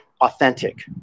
authentic